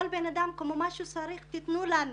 כל בן אדם, מה שהוא צריך, תנו לנו.